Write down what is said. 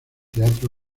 teatro